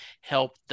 help